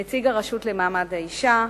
נציג הרשות למעמד האשה,